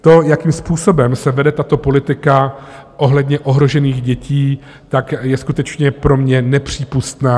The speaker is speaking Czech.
To, jakým způsobem se vede tato politika ohledně ohrožených dětí, je skutečně pro mě nepřípustná.